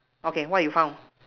okay what you found